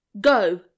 Go